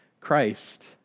Christ